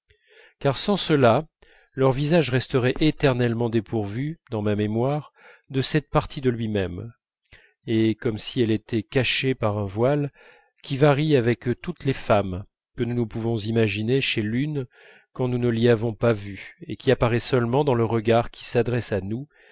car sans cela leur visage resterait éternellement dépourvu dans ma mémoire de cette partie de lui-même et comme si elle était cachée par un voile qui varie avec toutes les femmes que nous ne pouvons imaginer chez l'une quand nous ne l'y avons pas vue et qui apparaît seulement dans le regard qui s'adresse à nous